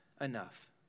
enough